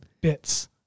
bits